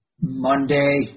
Monday